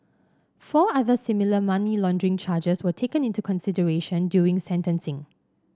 four other similar money laundering charges were taken into consideration during sentencing